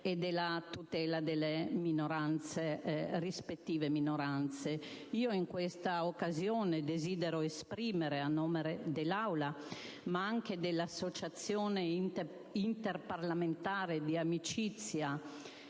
e della tutela delle rispettive minoranze. In questa occasione, desidero esprimere, a nome dell'Assemblea del Senato e dell'Associazione interparlamentare di Amicizia